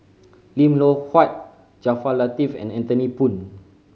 Lim Loh Huat Jaafar Latiff and Anthony Poon